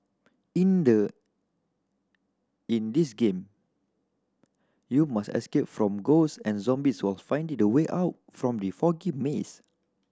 in the in this game you must escape from ghosts and zombies whiles finding the way out from the foggy maze